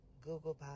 Google